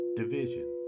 division